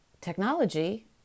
technology